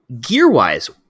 gear-wise